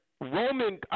Roman